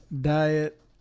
diet